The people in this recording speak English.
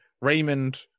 Raymond